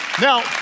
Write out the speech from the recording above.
Now